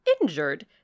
injured